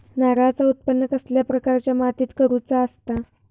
नारळाचा उत्त्पन कसल्या प्रकारच्या मातीत करूचा असता?